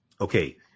Okay